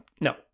no